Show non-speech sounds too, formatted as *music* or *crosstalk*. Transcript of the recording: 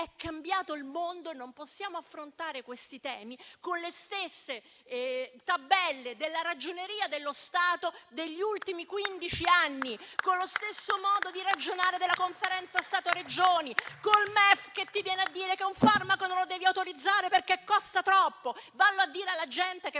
È cambiato il mondo e non possiamo affrontare questi temi con le stesse tabelle della Ragioneria dello Stato degli ultimi quindici anni; *applause* con lo stesso modo di ragionare della Conferenza Stato-Regioni; con il MEF che ti viene a dire che un farmaco non lo devi autorizzare perché costa troppo. Vallo a dire alla gente che